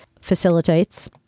facilitates